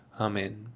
Amen